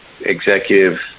executive